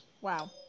Wow